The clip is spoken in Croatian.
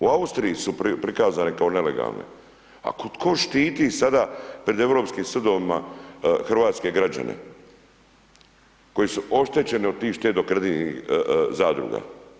U Austriji su prikazane kao nelegalne, a tko štiti sada pred europskim sudovima hrvatske građane koji su oštećeni od tih štedno kreditnih zadruga?